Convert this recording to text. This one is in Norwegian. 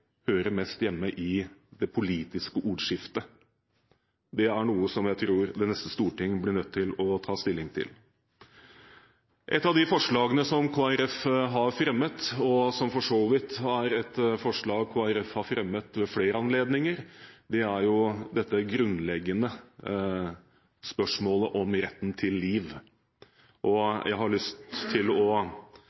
hører mest hjemme i det politiske ordskiftet. Det er noe som jeg tror det neste storting blir nødt til å ta stilling til. Et av de forslagene som Kristelig Folkeparti har fremmet – og som for så vidt er et forslag Kristelig Folkeparti har fremmet ved flere anledninger – er det grunnleggende spørsmålet om retten til liv. Jeg har lyst til bare å